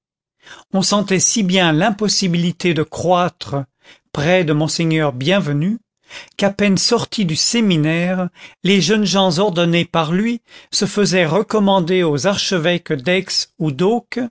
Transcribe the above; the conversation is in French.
on sentait si bien l'impossibilité de croître près de monseigneur bienvenu qu'à peine sortis du séminaire les jeunes gens ordonnés par lui se faisaient recommander aux archevêques d'aix ou